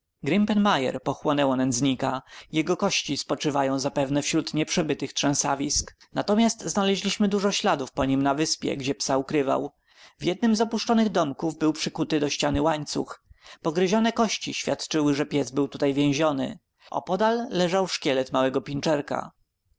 mgły grimpen mire pochłonęło nędznika jego kości spoczywają zapewne wśród nieprzebytych trzęsawisk natomiast znaleźliśmy dużo śladów po nim na wyspie gdzie psa ukrywał w jednym z opuszczonych domków był przykuty do ściany łańcuch pogryzione kości świadczyły że pies był tutaj więziony opodal leżał szkielet małego pinczerka